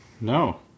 No